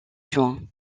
joint